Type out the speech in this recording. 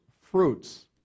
fruits